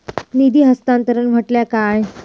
निधी हस्तांतरण म्हटल्या काय?